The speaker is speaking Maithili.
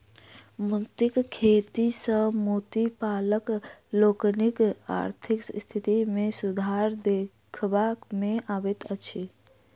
मोतीक खेती सॅ मोती पालक लोकनिक आर्थिक स्थिति मे सुधार देखबा मे अबैत अछि